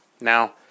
Now